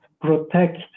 protect